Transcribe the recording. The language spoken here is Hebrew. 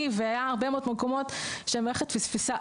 והיה הרבה מאוד מקומות שהמערכת פספסה.